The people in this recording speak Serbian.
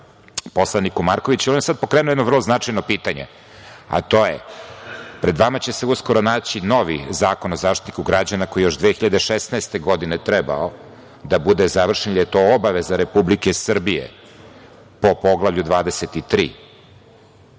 poslaniku Markoviću. On je sad pokrenuo jedno vrlo značajno pitanje, a to je, pred vama će se uskoro naći novi Zakon o Zaštitniku građana, koji je još 2016. godine trebalo da bude završen, jer je to obaveza Republike Srbije po Poglavlju 23,